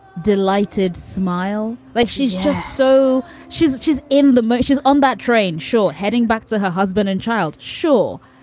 delighted smile. like she's just so she's she's in the munchies on that train. sure. heading back to her husband and child. sure.